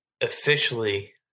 officially